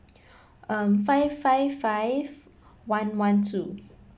um five five five one one two